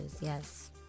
yes